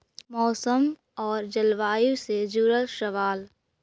मौसम और जलवायु से जुड़ल सवाल?